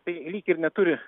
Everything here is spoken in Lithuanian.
tai lyg ir neturi